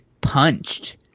punched